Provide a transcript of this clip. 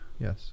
Yes